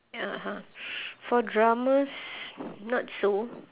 (uh huh) for dramas not so